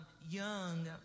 young